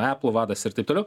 eplo vadas ir taip toliau